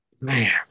man